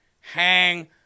hang